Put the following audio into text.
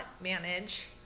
manage